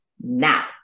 now